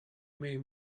mais